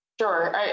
Sure